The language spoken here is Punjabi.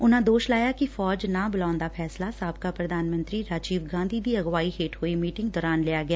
ਉਨਾ ਦੋਸ਼ ਲਾਇਆ ਕਿ ਫੌਜ ਨਾ ਬੁਲਾਉਣ ਦਾ ਫੈਸਲਾ ਸਾਬਕਾ ਪ੍ਰਧਾਨ ਮੰਤਰੀ ਰਾਜੀਵ ਗਾਧੀ ਦੀ ਅਗਵਾਈ ਹੇਠ ਹੋਈ ਮੀਟਿੰਗ ਦੌਰਾਨ ਲਿਆ ਗਿਆ